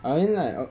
I mean like o~